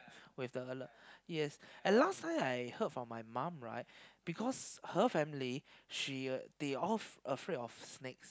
with the alert yes and last time I heard from my mum right because her family she they all afraid of snakes